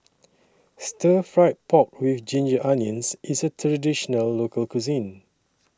Stir Fried Pork with Ginger Onions IS A Traditional Local Cuisine